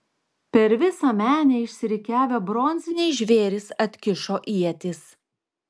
per visą menę išsirikiavę bronziniai žvėrys atkišo ietis